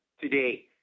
today